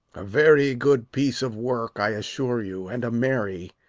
a very good piece of work, i assure you, and a merry.